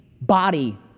body